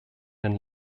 den